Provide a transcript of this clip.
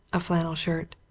a flannel shirt.